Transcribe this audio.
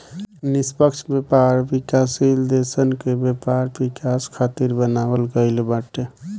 निष्पक्ष व्यापार विकासशील देसन के व्यापार विकास खातिर बनावल गईल बाटे